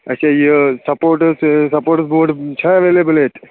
اچھا یہِ sports sports boot چھا ایویلیبٕل ییٚتہِ